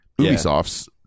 Ubisoft's